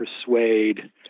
persuade